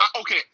Okay